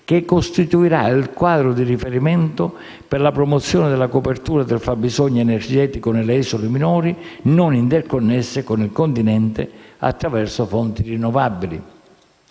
che costituirà il quadro di riferimento per la promozione della copertura del fabbisogno energetico delle isole minori non interconnesse con il continente attraverso fonti rinnovabili.